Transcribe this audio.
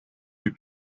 plus